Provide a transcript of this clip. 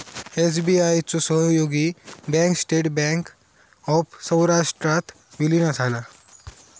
SBI चो सहयोगी bank state bank of सौराष्ट्रात विलीन झाला